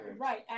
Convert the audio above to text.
Right